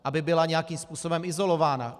Aby byla nějakým způsobem izolována.